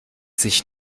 sich